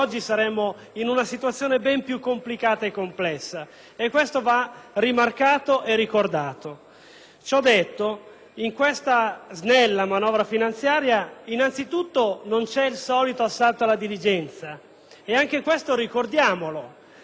Ciò detto, in questa snella manovra finanziaria non c'è anzitutto il solito assalto alla diligenza, ed anche questo ricordiamolo. Nella prima finanziaria Prodi le spese sono aumentate di 3 miliardi